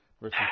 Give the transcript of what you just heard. versus